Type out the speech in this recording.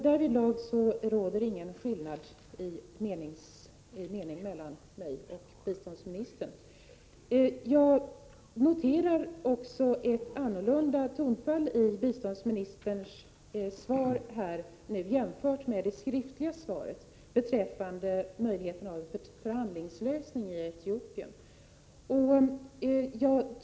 Därvidlag råder ingen skillnad i mening mellan mig och biståndsministern. Jag noterar också ett annorlunda tonfall i biståndsministerns senaste inlägg, jämfört med det i interpellationssvaret, beträffande möjligheten av en förhandlingslösning i Etiopien.